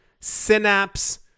Synapse